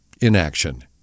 inaction